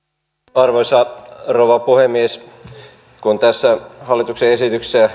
arvoisa rouva puhemies kun tässä hallituksen esityksessä ja